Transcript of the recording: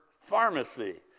pharmacy